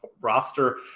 roster